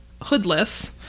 Hoodless